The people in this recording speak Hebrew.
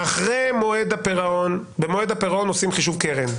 במועד הפירעון עושים חישוב קרן.